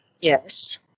Yes